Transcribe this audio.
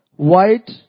white